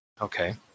Okay